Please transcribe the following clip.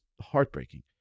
heartbreaking